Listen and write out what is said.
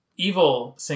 Evil